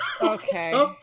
Okay